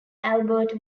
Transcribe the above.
albert